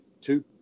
two